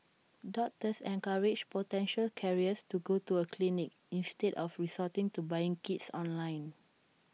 doctors encouraged potential carriers to go to A clinic instead of resorting to buying kits online